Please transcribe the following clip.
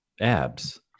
abs